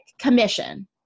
commission